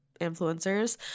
influencers